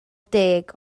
deg